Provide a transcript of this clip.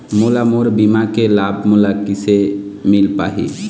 मोला मोर बीमा के लाभ मोला किसे मिल पाही?